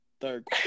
third